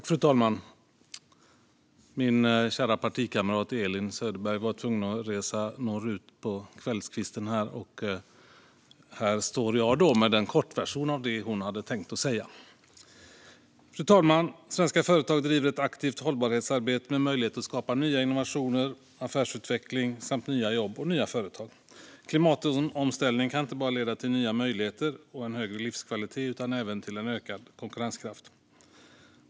Fru talman! Min kära partikamrat Elin Söderberg var tvungen att resa norrut här på kvällskvisten. Därför står jag här med en kortversion av det hon hade tänkt säga. Fru talman! Svenska företag bedriver ett aktivt hållbarhetsarbete med möjlighet att skapa nya innovationer, affärsutveckling samt nya jobb och företag. Klimatomställningen kan leda till inte bara nya möjligheter och högre livskvalitet utan även ökad konkurrenskraft.